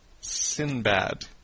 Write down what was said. Sinbad